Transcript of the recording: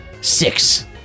Six